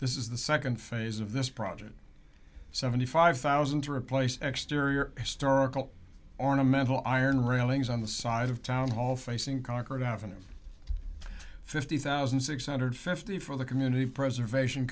this is the second phase of this project seventy five thousand to replace exterior historical ornamental iron railings on the side of town hall facing concord avenue fifty thousand six hundred fifty for the community preservation